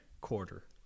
Quarter